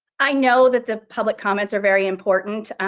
i know that the public comments are very important,